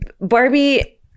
Barbie